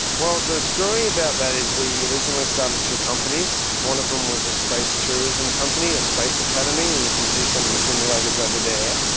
well, the story about that is we originally started two companies, one of them was a space tourism company, a space academy, and you can see some of the simulators over there,